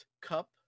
Cup